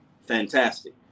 Fantastic